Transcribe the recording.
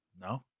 No